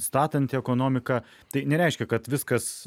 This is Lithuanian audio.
statanti ekonomiką tai nereiškia kad viskas